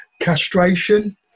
castration